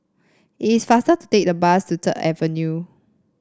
it is faster to take the bus to Third Avenue